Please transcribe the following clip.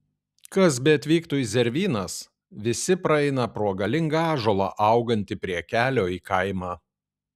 kas beatvyktų į zervynas visi praeina pro galingą ąžuolą augantį prie kelio į kaimą